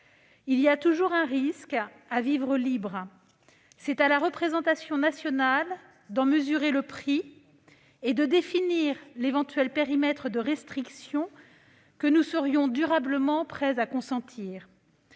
Il y a toujours un risque à vivre libre. C'est à la représentation nationale d'en mesurer le prix et de définir l'éventuel périmètre de restriction que nous serions durablement prêts à consentir.